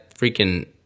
freaking